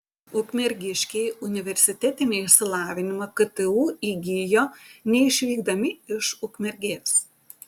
ukmergiškiai universitetinį išsilavinimą ktu įgijo neišvykdami iš ukmergės